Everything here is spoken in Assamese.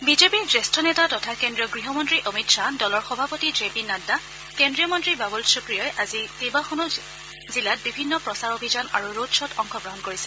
বিজেপিৰ জ্যেষ্ঠ নেতা তথা কেন্দ্ৰীয় গৃহমন্ত্ৰী অমিত শাহ দলৰ সভাপতি জে পি নাড্ডা কেন্দ্ৰীয় মন্ত্ৰী বাবল সুপ্ৰিয়ই আজি কেইবাখনো জিলাত বিভিন্ন প্ৰচাৰ অভিযান আৰু ৰোড শ্বত অংশগ্ৰহণ কৰিছে